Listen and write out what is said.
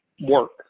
work